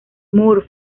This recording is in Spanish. moore